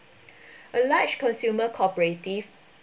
a large consumer cooperative